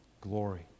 glory